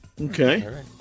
Okay